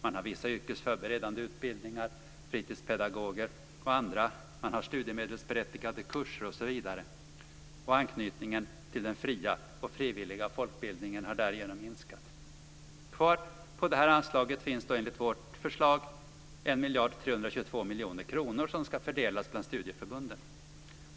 Man har vissa yrkesförberedande utbildningar, till fritidspedagoger och annat. Man har studiemedelsberättigade kurser osv. Anknytningen till den fria och frivilliga folkbildningen har därigenom minskat. Kvar på det här anslaget finns då enligt vårt förslag 1 322 000 000 kr som ska fördelas bland studieförbunden.